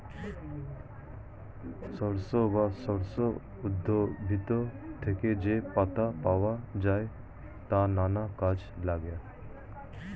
সরিষা বা সর্ষে উদ্ভিদ থেকে যে পাতা পাওয়া যায় তা নানা কাজে লাগে